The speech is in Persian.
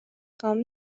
خوام